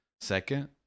second